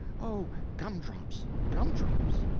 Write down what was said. oh, gum-drops, gum-drops!